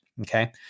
Okay